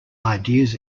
ideas